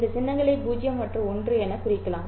இந்த சின்னங்களை 0 மற்றும் 1 எனக் குறிக்கலாம்